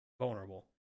vulnerable